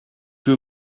que